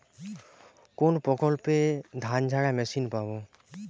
কোনপ্রকল্পে ধানঝাড়া মেশিন পাব?